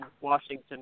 Washington